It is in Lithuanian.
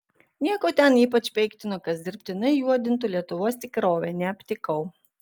nieko ten ypač peiktino kas dirbtinai juodintų lietuvos tikrovę neaptikau